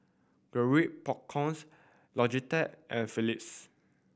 Garrett Popcorn Logitech and Phillips